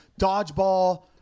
dodgeball